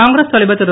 காங்கிரஸ் தலைவர் திரு